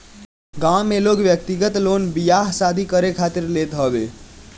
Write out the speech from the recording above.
गांव में लोग व्यक्तिगत लोन बियाह शादी करे खातिर लेत हवे